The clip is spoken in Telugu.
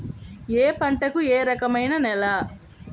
ఏ పంటకు ఏ రకమైన నేల?